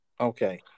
okay